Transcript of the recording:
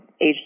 age